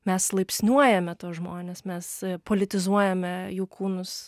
mes laipsniuojame tuos žmones mes politizuojame jų kūnus